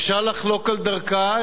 אפשר לחלוק על דרכה,